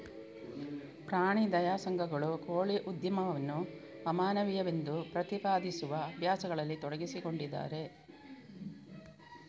ಪ್ರಾಣಿ ದಯಾ ಸಂಘಗಳು ಕೋಳಿ ಉದ್ಯಮವನ್ನು ಅಮಾನವೀಯವೆಂದು ಪ್ರತಿಪಾದಿಸುವ ಅಭ್ಯಾಸಗಳಲ್ಲಿ ತೊಡಗಿಸಿಕೊಂಡಿದ್ದಾರೆ